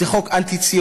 זה חוק אנטי-ציוני,